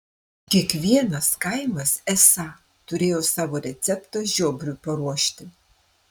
kiekvienas kaimas esą turėjo savo receptą žiobriui paruošti